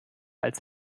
als